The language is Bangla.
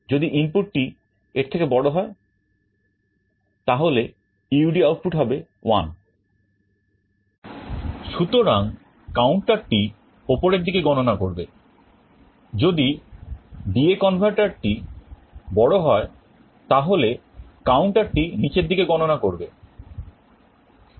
যদি ইনপুটটি এর থেকে বড় হয় তা হলে UD' আউটপুট হবে 1 সুতরাং counterটি উপরের দিকে গণনা করবে যদি DA converterটি বড় হয় তাহলে counterটি নিচের দিকে গণনা করবে